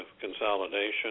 consolidation